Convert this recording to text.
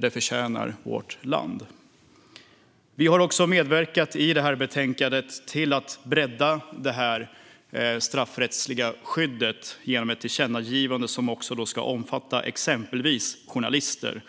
Det förtjänar vårt land. I detta betänkande har vi medverkat till att bredda det straffrättsliga skyddet genom att föreslå ett tillkännagivande om att skyddet ska omfatta även till exempel journalister.